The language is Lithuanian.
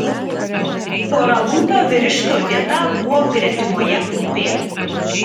storalūpio vyriškio vieta buvo gretimoje kupė